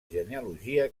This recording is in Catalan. genealogia